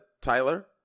Tyler